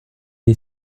est